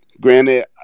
Granted